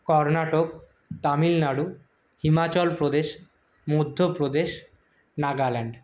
Karnataka Tamil Nadu Himachal Pradesh Madhya Pradesh Nagaland